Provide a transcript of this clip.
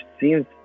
seems